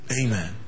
Amen